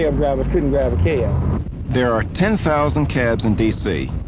yeah and yeah there are ten thousand cabs in d c.